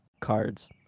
cards